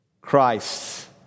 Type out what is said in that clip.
Christ